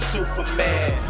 Superman